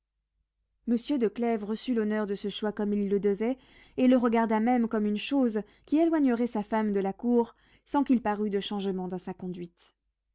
monsieur de clèves reçut l'honneur de ce choix comme il le devait et le regarda même comme une chose qui éloignerait sa femme de la cour sans qu'il parût de changement dans sa conduite